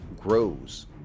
grows